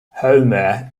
homer